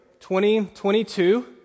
2022